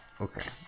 Okay